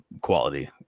quality